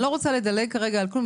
אני לא רוצה לדלג כרגע על כלום.